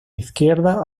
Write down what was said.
izquierda